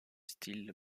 style